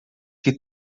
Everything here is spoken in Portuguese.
que